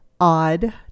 odd